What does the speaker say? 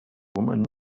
woman